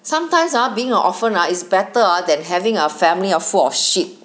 sometimes ah being an orphan ah is better ah than having a family ah full of shit